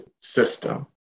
system